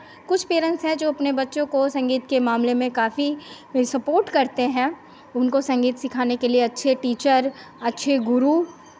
कुछ पेरेंट्स हैं जो अपने बच्चों को संगीत के मामले में काफी सपोर्ट करते हैं उनको संगीत सिखाने के लिए अच्छे टीचर अच्छे गुरु